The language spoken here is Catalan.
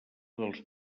dels